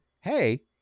hey